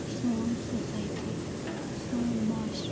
سون سوسایٹی سون مُعاشرٕ